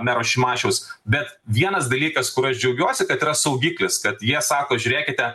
mero šimašiaus bet vienas dalykas kur aš džiaugiuosi kad yra saugiklis kad jie sako žiūrėkite